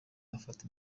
afata